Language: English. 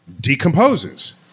decomposes